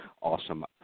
awesome